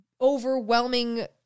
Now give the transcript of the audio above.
overwhelming